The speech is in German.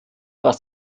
was